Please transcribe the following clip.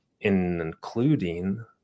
including